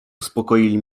uspokoili